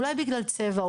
אולי בגלל צבע,